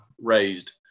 raised